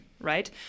Right